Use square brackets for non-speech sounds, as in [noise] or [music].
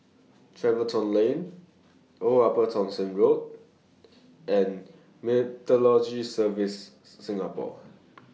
Tiverton Lane Old Upper Thomson Road and Meteorology Services [noise] Singapore